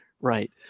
right